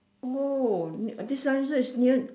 oh this one is near